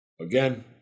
Again